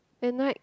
at night